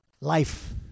life